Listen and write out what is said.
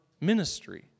ministry